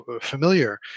familiar